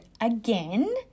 again